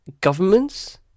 governments